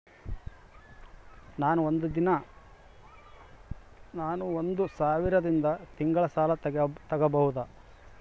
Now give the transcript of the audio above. ನಾನು ಒಂದು ಸಾವಿರದಿಂದ ತಿಂಗಳ ಸಾಲ ತಗಬಹುದಾ?